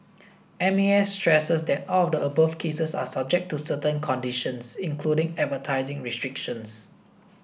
M A S stresses that all of the above cases are subject to certain conditions including advertising restrictions